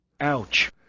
Ouch